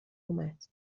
اومد